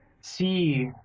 see